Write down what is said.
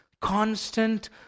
constant